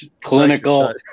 clinical